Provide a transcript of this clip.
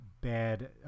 Bad